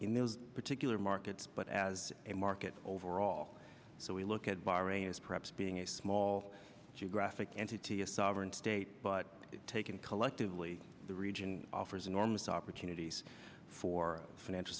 in those particular markets but as a market overall so we look at bahrain as perhaps being a small geographic entity a sovereign state but taken collectively the region offers enormous opportunities for financial